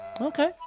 Okay